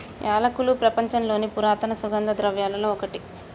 యాలకులు ప్రపంచంలోని పురాతన సుగంధ ద్రవ్యలలో ఒకటి